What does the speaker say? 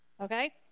Okay